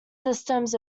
systems